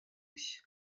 nshya